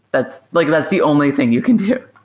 that's like that's the only thing you can do.